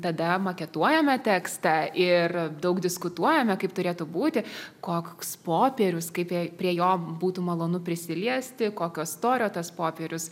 tada maketuojame tekstą ir daug diskutuojame kaip turėtų būti koks popierius kaip jei prie jo būtų malonu prisiliesti kokio storio tas popierius